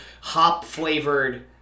hop-flavored